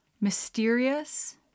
mysterious